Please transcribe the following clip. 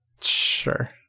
sure